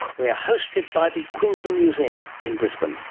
we are hosted by the queensland museum in brisbane.